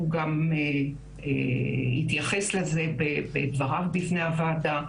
והוא גם התייחס לזה בדברים בפני הוועדה,